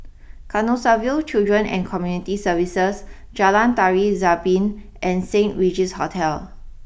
Canossaville Children and Community Services Jalan Tari Zapin and Saint Regis Hotel